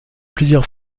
plusieurs